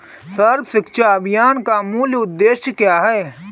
सर्व शिक्षा अभियान का मूल उद्देश्य क्या है?